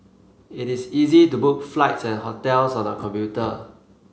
it is easy to book flights and hotels on the computer